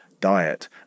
diet